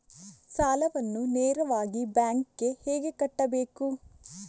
ಸಾಲವನ್ನು ನೇರವಾಗಿ ಬ್ಯಾಂಕ್ ಗೆ ಹೇಗೆ ಕಟ್ಟಬೇಕು?